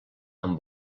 amb